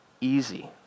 easy